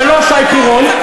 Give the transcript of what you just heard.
ולא שי פירון,